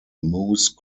moose